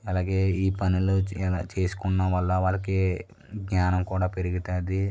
అలాగే ఈ పనులు అలా చేసుకున్న వల్ల వాళ్ళకి జ్ఞానం కూడా పెరుగుతుంది